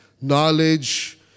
knowledge